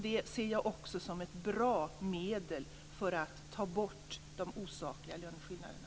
Det ser jag också som ett bra medel för att ta bort de osakliga löneskillnaderna.